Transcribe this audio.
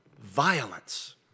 violence